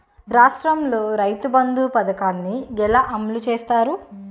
రాష్ట్రంలో రైతుబంధు పథకాన్ని ఎలా అమలు చేస్తారు?